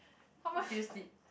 how much do you sleep